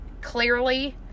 clearly